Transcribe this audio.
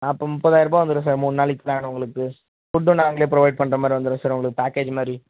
அப்போ முப்பதாயிரரூபா வந்துடும் சார் மூணு நாளைக்கு ப்ளான் உங்களுக்கு ஃபுட்டும் நாங்களே பரொவைட் பண்ணுற மாதிரி வந்துடும் சார் உங்களுக்கு பேக்கேஜ் மாதிரி